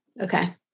Okay